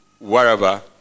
wherever